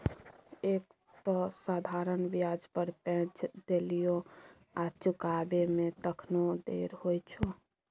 एक तँ साधारण ब्याज पर पैंच देलियौ आ चुकाबै मे तखनो देर होइ छौ